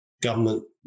government